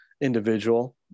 individual